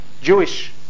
Jewish